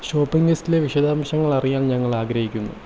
shopping ലിസ്റ്റിലെ വിശദാംശങ്ങൾ അറിയാൻ ഞങ്ങൾ ആഗ്രഹിക്കുന്നു